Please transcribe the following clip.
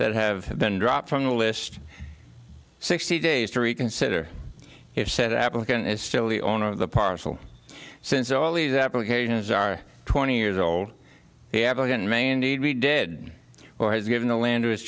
that have been dropped from the list sixty days to reconsider if said applicant is still the owner of the parcel since all these applications are twenty years old he have again may indeed be dead or has given the land